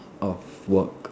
of work